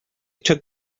took